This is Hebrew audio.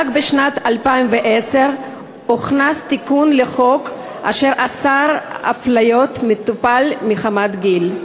רק בשנת 2010 הוכנס תיקון לחוק אשר אסר אפליית מטופל מחמת גיל.